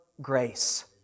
grace